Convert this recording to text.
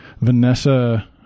Vanessa